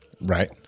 Right